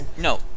no